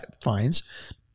finds